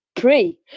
Pray